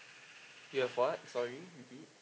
you have what sorry